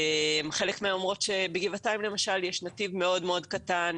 חלק מהן אומרות שבגבעתיים למשל יש נתיב מאוד מאוד קטן,